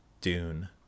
dune